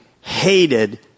hated